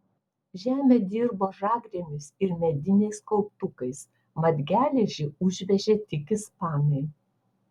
žemę dirbo žagrėmis ir mediniais kauptukais mat geležį užvežė tik ispanai